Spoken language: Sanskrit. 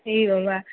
एवं वा